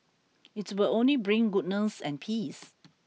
it will only bring goodness and peace